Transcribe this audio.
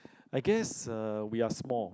I guess uh we are small